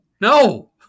No